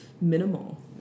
minimal